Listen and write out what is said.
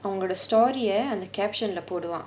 அவங்களோட:avangaloda story and the caption leh போடுவான்:poduvaan